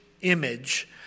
image